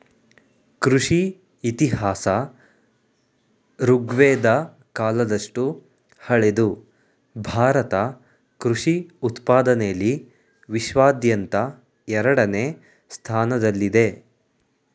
ಕೃಷಿ ಇತಿಹಾಸ ಋಗ್ವೇದ ಕಾಲದಷ್ಟು ಹಳೆದು ಭಾರತ ಕೃಷಿ ಉತ್ಪಾದನೆಲಿ ವಿಶ್ವಾದ್ಯಂತ ಎರಡನೇ ಸ್ಥಾನದಲ್ಲಿದೆ